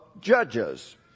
judges